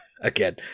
again